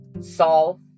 solve